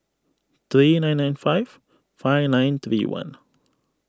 three nine nine five five nine three one